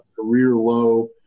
career-low